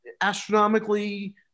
astronomically